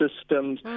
systems